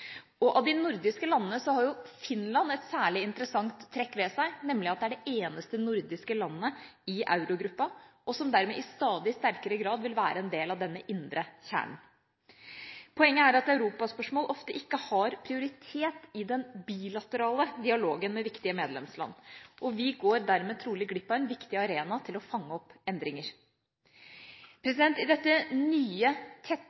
Av de nordiske landene har jo Finland et særlig interessant trekk ved seg, nemlig at det er det eneste nordiske landet som er i eurogruppen, og som dermed i stadig sterkere grad vil være en del av denne indre kjernen. Poenget er at europaspørsmål ofte ikke har prioritet i den bilaterale dialogen med viktige medlemsland, og vi går dermed trolig glipp av en viktig arena til å fange opp endringer.